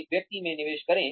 एक व्यक्ति में निवेश करें